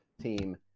team